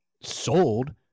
sold